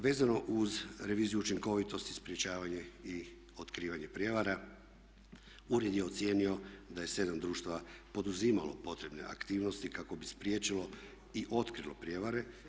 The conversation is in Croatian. Vezano uz reviziju učinkovitosti, sprječavanja i otkrivanje prijevara ured je ocijenio da je 7 društava poduzimalo potrebne aktivnosti kako bi spriječilo i otkrilo prijevare.